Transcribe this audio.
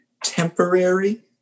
temporary